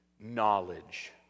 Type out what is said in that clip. knowledge